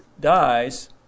dies